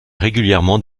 régulièrement